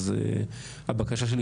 אז הבקשה שלי,